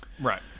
right